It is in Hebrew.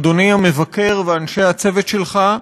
אדוני המבקר ואנשי הצוות שלך,